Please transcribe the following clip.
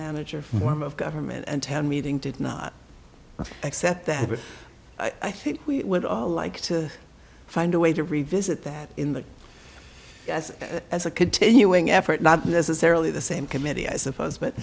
manager form of government and town meeting did not accept that but i think we would all like to find a way to revisit that in the as a continuing effort not necessarily the same committee i suppose